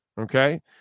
Okay